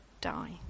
die